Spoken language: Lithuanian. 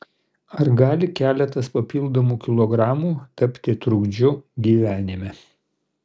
ar gali keletas papildomų kilogramų tapti trukdžiu gyvenime